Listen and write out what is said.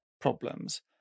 problems